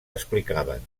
explicaven